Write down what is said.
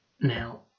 Now